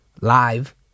live